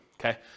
Okay